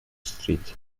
street